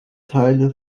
teile